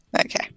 Okay